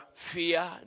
fear